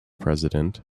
president